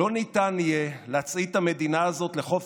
לא ניתן יהיה להצעיד את המדינה הזאת לחוף